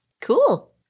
Cool